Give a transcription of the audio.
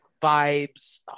vibes